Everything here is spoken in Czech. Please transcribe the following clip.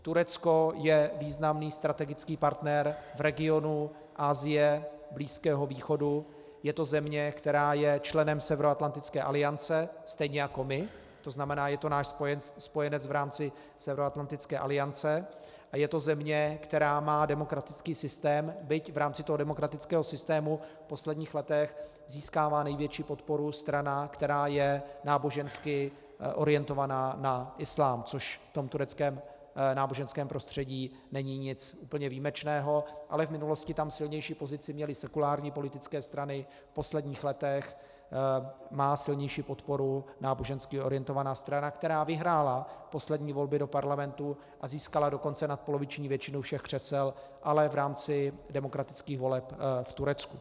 Turecko je významný strategický partner v regionu Asie, Blízkého východu, je to země, která je členem Severoatlantické aliance stejně jako my, tzn. je to náš spojenec v rámci Severoatlantické aliance a je to země, která má demokratický systém, byť v rámci toho demokratického systému v posledních letech získává největší podporu strana, která je nábožensky orientovaná na islám, což v tom tureckém náboženském prostředí není nic úplně výjimečného, ale v minulosti tam silnější pozici měly sekulární politické strany, v posledních letech má silnější podporu nábožensky orientovaná strana, která vyhrála poslední volby do parlamentu a získala dokonce nadpoloviční většinu všech křesel, ale v rámci demokratických voleb v Turecku.